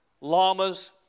llamas